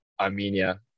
Armenia